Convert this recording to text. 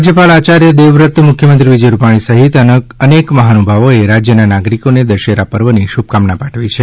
રાજ્યપાલ આચાર્ય દેવવ્રત મુખ્યમંત્રી વિજય રૂપાણી સહિત અનેક મહાનુભાવોએ રાજ્યના નાગરીકોને દશેરા પર્વની શુભકામના પાઠવી છે